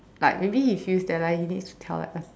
like maybe he feels that like he needs to tell like a